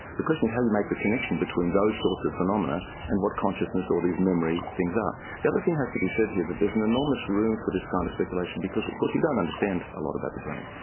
the question is how you make the connection between those sorts of phenomena and what consciousness or these memory things are. the other thing has to be said here that there's and enormous room for this kind of speculation because we because we don't understand a lot about the brain.